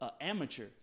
amateur